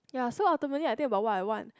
ya so ultimately I think about what I want